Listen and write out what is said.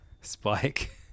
Spike